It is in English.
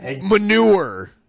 Manure